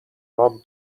نام